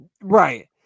right